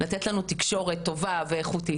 תקשורת טובה ואיכותית.